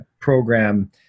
program –